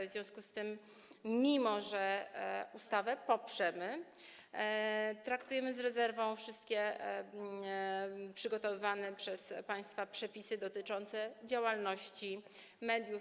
W związku z tym, mimo że ustawę poprzemy, traktujemy z rezerwą wszystkie przygotowywane przez państwa przepisy dotyczące działalności mediów.